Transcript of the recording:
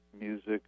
music